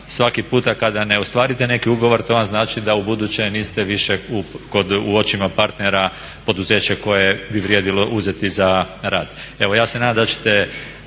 svaki puta kada ne ostvarite neki ugovor to vam znači da u buduće niste više u očima partnera poduzeće koje bi vrijedilo uzeti za rad.